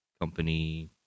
company